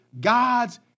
God's